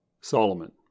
Solomon